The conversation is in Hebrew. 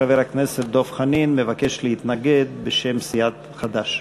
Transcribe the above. חבר הכנסת דב חנין מבקש להתנגד בשם סיעת חד"ש.